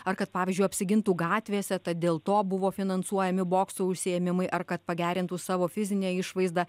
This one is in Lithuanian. ar kad pavyzdžiui apsigintų gatvėse tad dėl to buvo finansuojami bokso užsiėmimai ar kad pagerintų savo fizinę išvaizdą